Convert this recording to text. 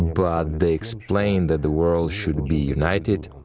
but they explain that the world should be united,